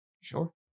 sure